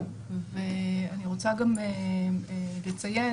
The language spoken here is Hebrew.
אני רוצה גם לציין